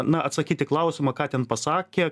na atsakyt į klausimą ką ten pasakė